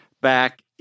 back